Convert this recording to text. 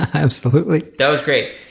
absolutely. that was great.